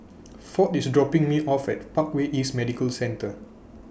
Ford IS dropping Me off At Parkway East Medical Centre